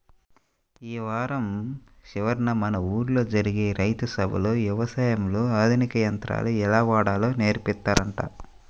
యీ వారం చివరన మన ఊల్లో జరిగే రైతు సభలో యవసాయంలో ఆధునిక యంత్రాలు ఎలా వాడాలో నేర్పిత్తారంట